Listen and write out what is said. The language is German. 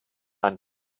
ein